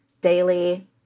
daily